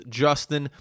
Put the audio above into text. justin